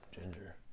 Ginger